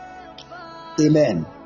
Amen